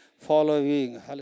following